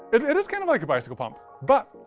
it it is kind of like a bicycle pump, but.